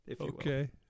Okay